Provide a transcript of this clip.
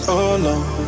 alone